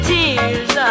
Tears